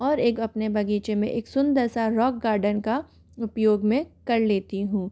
और एक अपने बगीचे में एक सुंदर सा रॉक गार्डन का उपयोग मैं कर लेती हूँ